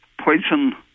poison